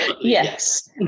Yes